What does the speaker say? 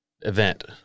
event